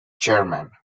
chairman